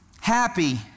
Happy